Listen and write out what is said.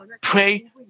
pray